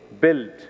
build